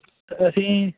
ਅਸੀਂ